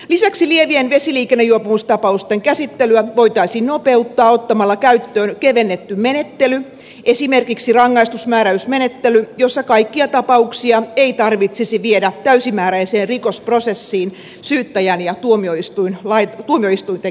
lisäksi lievien vesiliikennejuopumustapausten käsittelyä voitaisiin nopeuttaa ottamalla käyttöön kevennetty menettely esimerkiksi rangaistusmääräysmenettely jossa kaikkia tapauksia ei tarvitsisi viedä täysimääräiseen rikosprosessiin syyttäjän ja tuomioistuinten käsiteltäväksi